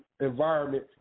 environment